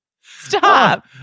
Stop